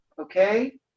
Okay